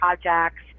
projects